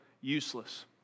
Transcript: useless